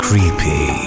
Creepy